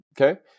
Okay